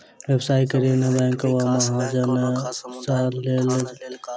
व्यवसायिक ऋण बैंक वा महाजन सॅ लेल जाइत अछि